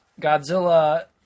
Godzilla